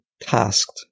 tasked